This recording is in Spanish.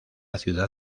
ciudad